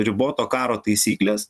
riboto karo taisyklės